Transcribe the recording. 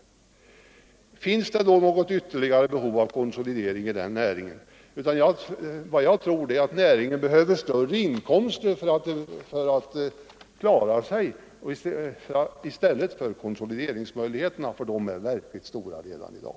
Finns det då något ytterligare behov av konsolidering i den näringen? Nr 105 Vad jag tror att näringen behöver i stället för förbättringar av konsolide Onsdagen den ringsmöjligheterna är större inkomster för att fiskarna skall kunna klara 23 oktober 1974 sig. Konsolideringsmöjligheterna är verkligen stora redan i dag.